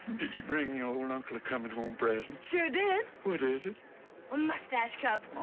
did you bring your old uncle a coming-home present? sure did! what is it? a mustache cup!